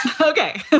Okay